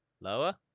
Lower